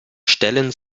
stellen